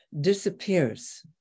disappears